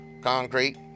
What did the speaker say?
concrete